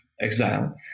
exile